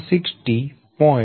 6621 160